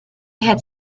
had